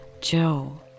Joe